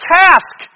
task